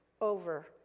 over